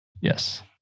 yes